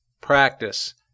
practice